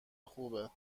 خوبه